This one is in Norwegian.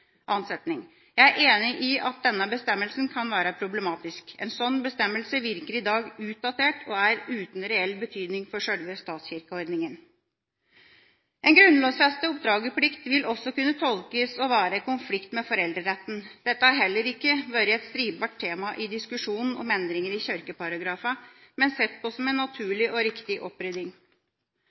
Jeg er enig i at denne bestemmelsen kan være problematisk. En slik bestemmelse virker i dag utdatert og er uten reell betydning for selve statskirkeordninga. En grunnlovfestet oppdragerplikt vil også kunne tolkes som å være i konflikt med foreldreretten. Dette har da heller ikke vært et stridbart tema i diskusjonen om endringer i kirkeparagrafene, men sett på som en naturlig og riktig opprydding.